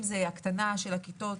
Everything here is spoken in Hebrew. אם זה הקטנת הכיתות,